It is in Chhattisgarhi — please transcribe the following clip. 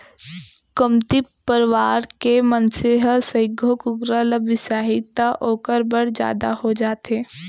कमती परवार के मनसे ह सइघो कुकरा ल बिसाही त ओकर बर जादा हो जाथे